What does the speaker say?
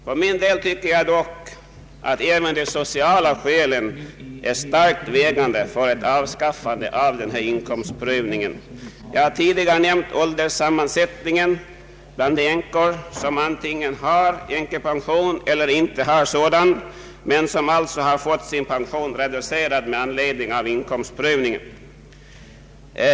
Jag anser dock att även de sociala skä len är starkt vägande för ett avskaffande av inkomstprövningen. Jag har tidigare nämnt ålderssammansättningen bland de änkor som antingen har änkepension eller inte har sådan men som alltså har fått sin pension reducerad med anledning av inkomstprövningen.